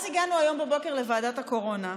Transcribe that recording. אז הגענו הבוקר לוועדת הקורונה,